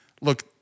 look